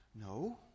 No